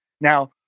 Now